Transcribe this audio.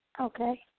Okay